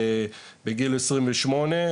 בגיל עשרים ושמונה,